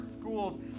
schools